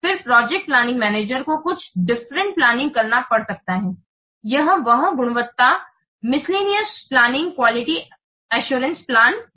फिर project planning manager को कुछ डिफरेंट प्लानिंग करना पड़ सकता है वह है गुणवत्ता आश्वासन प्लानिंग क्वालिटी असुरनके प्लान etc